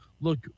look